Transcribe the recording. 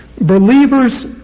believers